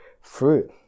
fruit